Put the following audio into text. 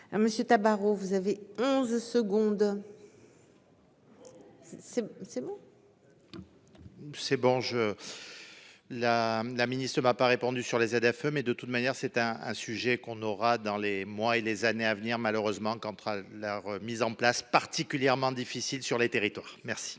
Monsieur Tabarot. Vous avez 11 secondes. C'est, c'est bon. C'est bon je. La la ministre m'a pas répondu sur les ZFE mais de toute manière c'est un, un sujet qu'on aura dans les mois et les années à venir, malheureusement quand leur mise en place particulièrement difficile sur les territoires. Merci.